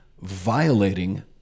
violating